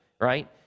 right